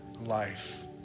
life